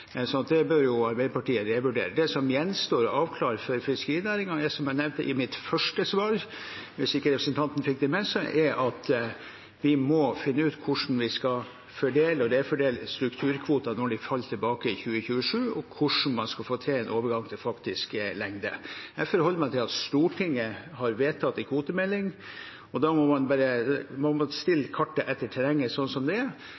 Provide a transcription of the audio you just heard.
som jeg nevnte i mitt første svar, hvis ikke representanten fikk det med seg, at vi må finne ut hvordan vi skal fordele og refordele strukturkvoter når de faller tilbake i 2027, og hvordan man skal få til en overgang til faktisk lengde. Jeg forholder meg til at Stortinget har vedtatt en kvotemelding, og da må man bare lese kartet sånn som terrenget er.